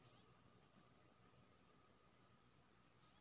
UPI से पैसा दे सके भेज दे सारा?